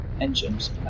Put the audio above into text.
engines